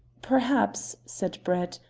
perhaps, said brett,